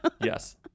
Yes